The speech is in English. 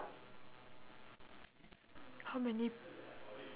how many